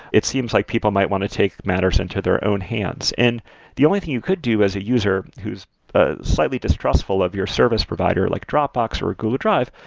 it seems like people might want to take matters into their own hands. hands. and the only thing you could do as a user who's ah slightly distrustful of your service provider like dropbox or google drive,